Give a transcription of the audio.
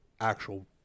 actual